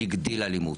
הגדיל אלימות.